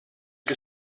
que